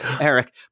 eric